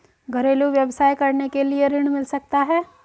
घरेलू व्यवसाय करने के लिए ऋण मिल सकता है?